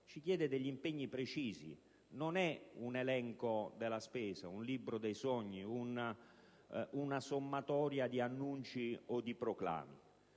nazionale, degli impegni precisi. Non è un elenco della spesa, un libro dei sogni, una sommatoria di annunci o di proclami,